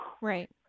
Right